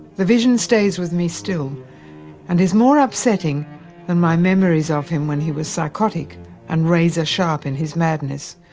the vision stays with me still and is more upsetting than my memories of him when he was psychotic and razor sharp in his madness.